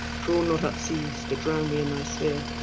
draw not up seas to drowne me in thy spheare,